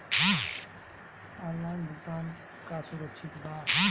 Online भुगतान का सुरक्षित बा?